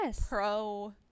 pro-